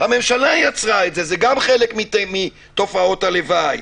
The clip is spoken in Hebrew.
הממשלה יצרה את זה, וזה גם חלק מתופעות הלוואי.